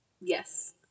Yes